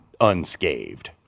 unscathed